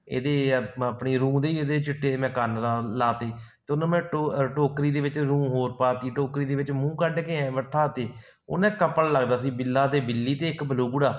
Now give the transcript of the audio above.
ਇਹਦੇ ਆ ਆਪਣੀ ਰੂੰ ਦੇ ਹੀ ਇਹਦੇ ਚਿੱਟੇ ਮੈਂ ਕੰਨ ਲਾ ਲਾ ਤੇ ਅਤੇ ਉਹਨੂੰ ਮੈਂ ਟੋ ਟੋਕਰੀ ਦੇ ਵਿੱਚ ਰੂੰ ਹੋਰ ਪਾ ਤੀ ਟੋਕਰੀ ਦੇ ਵਿੱਚ ਮੂੰਹ ਕੱਢ ਕੇ ਐਂ ਬਿਠਾ ਤੇ ਉਹ ਨਾ ਕਪਲ ਲੱਗਦਾ ਸੀ ਬਿੱਲਾ ਦੇ ਬਿੱਲੀ ਅਤੇ ਇੱਕ ਬਲੂੰਗੜਾ